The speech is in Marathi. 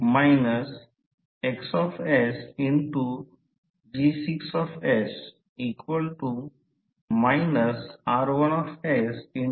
म्हणून आपल्याला असे दिसेल की जेव्हा H 0 असतो तेव्हा मटेरियल मध्ये काही फ्लक्स असेल याला प्रत्यक्षात रेसिडूअल फ्लक्स म्हणतात